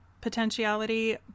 potentiality